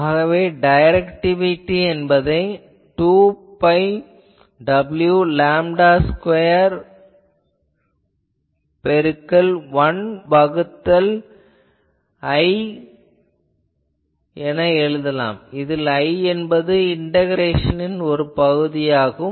ஆகவே டைரக்டிவிட்டி என்பது 2 pi w lambda square பெருக்கல் 1 வகுத்தல் I இதில் I என்பது இன்டகரேஷனின் பகுதியாகும்